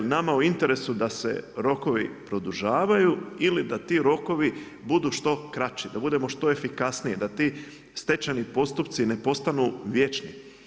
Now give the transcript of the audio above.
Jel' nama u interesu da se rokovi produžavaju ili da ti rokovi budu što kraći, da budemo što efikasniji, da ti stečajni postupci ne postanu vječni.